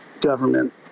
government